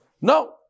no